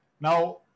Now